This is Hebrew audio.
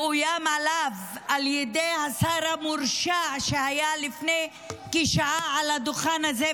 והיו איומים עליו על ידי השר המורשע שהיה לפני כשעה על הדוכן הזה,